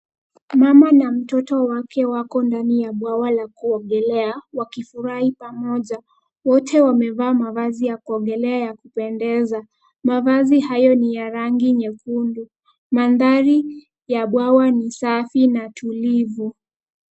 Mama na mtoto wake wako ndani ya bwawa ya kuogelea wakifurahi pamoja. Wote wamevaa mavazi ya kuogelea ya kupendeza, mavazi hayo ni ya rangi nyekundi. Mandhari ya bwawa ni safi na tulivu.